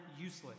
useless